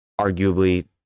arguably –